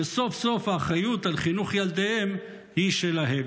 שסוף-סוף האחריות לחינוך ילדיהם היא שלהם.